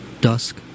Dusk